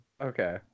Okay